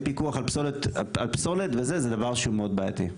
פיקוח על פסולת וכדומה זה דבר מאד בעייתי.